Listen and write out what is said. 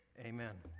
Amen